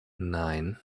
nein